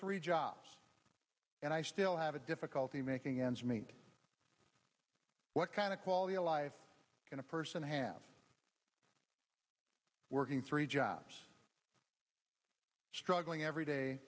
three jobs and i still have a difficulty making ends meet what kind of quality alive can a person have working three jobs struggling every day